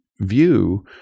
view